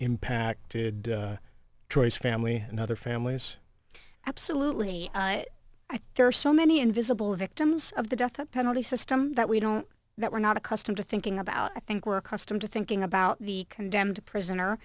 impacted choice family and other families absolutely i think there are so many invisible victims of the death penalty system that we don't that we're not accustomed to thinking about i think were accustomed to thinking about the condemned prisoner